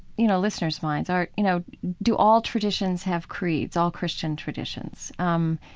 you know, listeners' minds are, you know, do all traditions have creeds? all christian traditions. um,